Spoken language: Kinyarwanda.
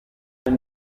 kuva